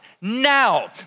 now